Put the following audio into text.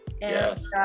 Yes